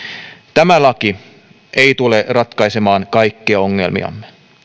tämä laki ei tule ratkaisemaan kaikkia ongelmiamme